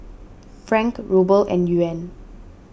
Franc Ruble and Yuan